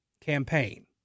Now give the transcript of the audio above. campaign